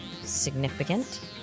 Significant